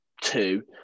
two